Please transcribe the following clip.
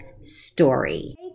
story